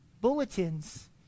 bulletins